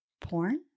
porn